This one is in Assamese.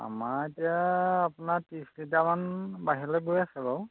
আমাৰ এতিয়া আপোনাৰ ত্ৰিশ লিটাৰমান বাহিৰলৈ গৈ আছে বাৰু